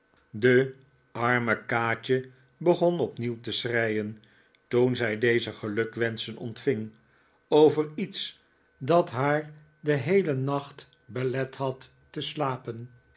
de arme kaatje begon opnieuw te schreien toen zij deze gelukwenschen ontving over iets dat haar den heelen nacht belet had te slapen